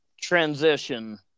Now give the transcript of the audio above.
transition